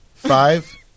Five